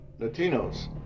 Latinos